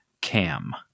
cam